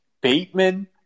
Bateman